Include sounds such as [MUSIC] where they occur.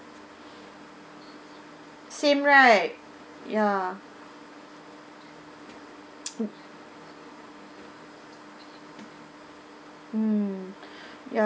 same right ya [NOISE] mm [BREATH] ya